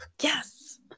Yes